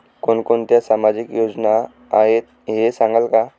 कोणकोणत्या सामाजिक योजना आहेत हे सांगाल का?